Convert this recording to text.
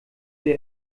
dir